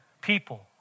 people